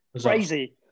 Crazy